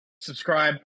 subscribe